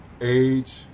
age